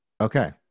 okay